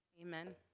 Amen